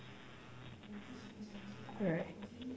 alright